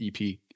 EP